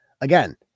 again